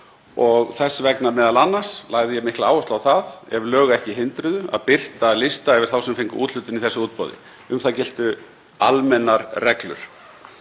og þess vegna m.a. lagði ég mikla áherslu á það, ef lög ekki hindruðu, að birta lista yfir þá sem fengu úthlutun í þessu útboði. Um það giltu almennar reglur.